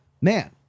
man